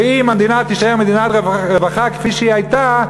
ואם המדינה תישאר מדינת רווחה כפי שהיא הייתה,